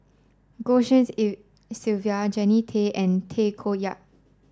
Goh Tshin En Sylvia Jannie Tay and Tay Koh Yat